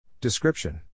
Description